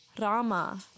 Rama